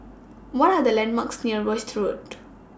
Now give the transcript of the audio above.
What Are The landmarks near Rosyth Road